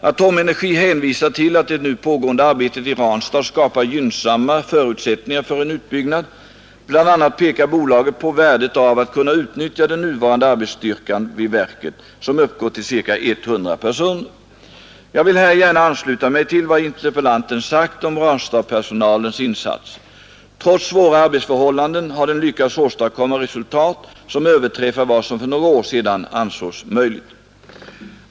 Atomenergi hänvisar till att det nu pågående arbetet i Ranstad skapar gynnsamma förutsättningar för en utbyggnad. Bl.a. pekar bolaget på värdet av att kunna utnyttja den nuvarande arbetsstyrkan vid verket, som uppgår till ca 100 personer. Jag vill här gärna ansluta mig till vad interpellanten sagt om Ranstadspersonalens insatser. Trots svåra arbetsförhållanden har den lyckats åstadkomma resultat som överträffar vad som för några år sedan ansågs möjligt.